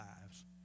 lives